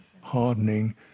hardening